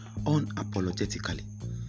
unapologetically